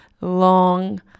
long